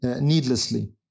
needlessly